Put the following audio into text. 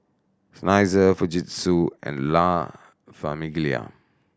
Seinheiser Fujitsu and La Famiglia